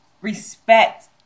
respect